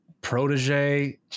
protege